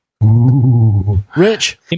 Rich